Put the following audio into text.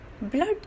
Blood